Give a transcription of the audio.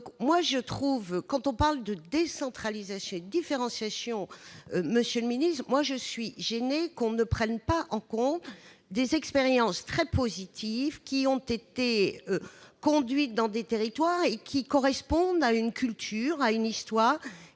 J'entends parler de décentralisation, de différenciation. Je suis donc gênée que l'on ne prenne pas en compte des expériences très positives qui ont été conduites dans des territoires et qui correspondent à une culture, à une histoire